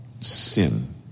sin